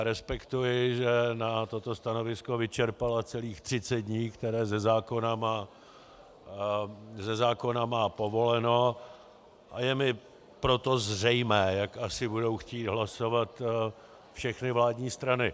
Respektuji, že na toto stanovisko vyčerpala celých třicet dní, které ze zákona má povoleno, a je mi proto zřejmé, jak asi budou chtít hlasovat všechny vládní strany.